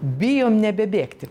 bijom nebebėgti